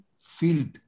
field